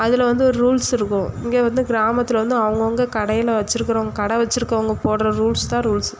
அதில் வந்து ஒரு ரூல்ஸ் இருக்கும் இங்கே வந்து கிராமத்தில் வந்து அவங்கவுங்க கடையில் வச்சுருக்குறவங்க கடை வச்சுருக்கவங்க போடுற ரூல்ஸ் தான் ரூல்ஸ்